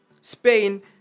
Spain